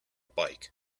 bike